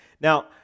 Now